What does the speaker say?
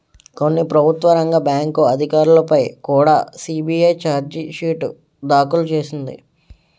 కొన్ని ప్రభుత్వ రంగ బ్యాంకు అధికారులపై కుడా సి.బి.ఐ చార్జి షీటు దాఖలు చేసింది